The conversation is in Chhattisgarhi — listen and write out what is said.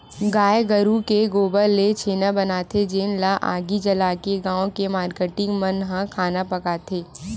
गाये गरूय के गोबर ले छेना बनाथे जेन ल आगी जलाके गाँव के मारकेटिंग मन ह खाना पकाथे